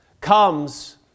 comes